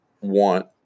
want